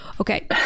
okay